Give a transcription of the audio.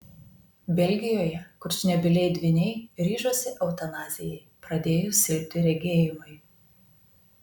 belgijoje kurčnebyliai dvyniai ryžosi eutanazijai pradėjus silpti regėjimui